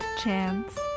Chance